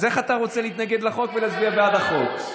אז איך אתה רוצה להתנגד לחוק ולהצביע בעד החוק?